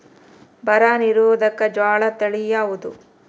ಬರ ನಿರೋಧಕ ಜೋಳ ತಳಿ ಯಾವುದು?